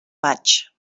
maig